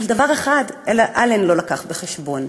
אבל דבר אחד אלן לא הביא בחשבון,